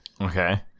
Okay